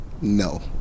No